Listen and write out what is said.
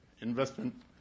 investment